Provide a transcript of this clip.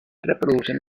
reproducen